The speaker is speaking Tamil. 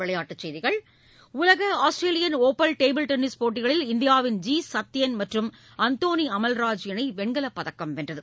விளையாட்டுச் செய்திகள் உலக ஆஸ்திரேலியன் ஓப்பன் டேபிள் டென்னிஸ் போட்டிகளில் இந்தியாவின் ஜி சத்தியன் மற்றும் அந்தோனி அமல்ராஜ் இணை வெண்கல பதக்கம் வென்றது